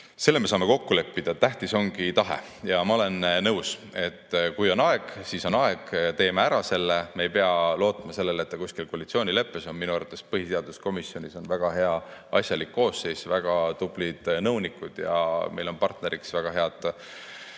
Selle me saame kokku leppida. Tähtis ongi tahe. Ma olen nõus, et kui on aeg, siis on aeg, teeme ära. Me ei pea lootma sellele, et ta kuskil koalitsioonileppes on. Minu arvates põhiseaduskomisjonis on väga hea ja asjalik koosseis, samuti väga tublid nõunikud, ning meil on partneriks väga head